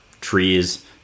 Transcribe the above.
trees